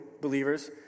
believers